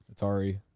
Atari